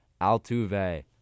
Altuve